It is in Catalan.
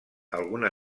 alguna